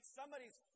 somebody's